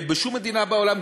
בשום מדינה בעולם,